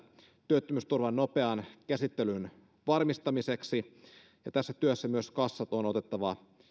työttömyysturvan nopean käsittelyn varmistamiseksi ja tässä työssä myös kassat on otettava